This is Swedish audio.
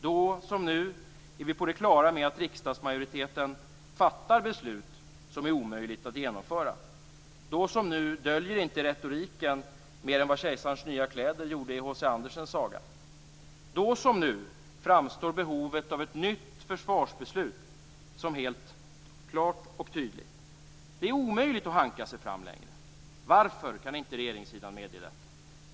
Då, som nu, är vi på det klara med att riksdagsmajoriteten fattar ett beslut som är omöjligt att genomföra. Då, som nu, döljer inte retoriken mer än vad kejsarens nya kläder gjorde i H C Andersens saga. Då, som nu, framstår behovet av ett nytt försvarsbeslut som helt klart och tydligt. Det är omöjligt att hanka sig fram längre. Varför kan inte regeringssidan medge det?